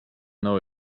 know